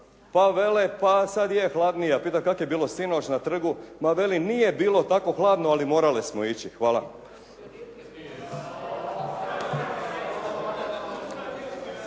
pa vele pa sad je hladnije. Ja pitam kak' je bilo sinoć na trgu, ma veli nije bilo tako hladno ali morale smo ići. Hvala.